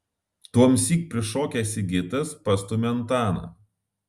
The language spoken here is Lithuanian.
tuomsyk prišokęs sigitas pastumia antaną